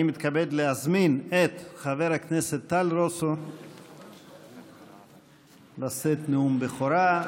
אני מתכבד להזמין את חבר הכנסת טל רוסו לשאת נאום בכורה.